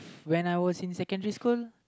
when I was in secondary school